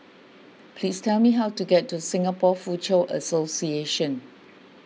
please tell me how to get to Singapore Foochow Association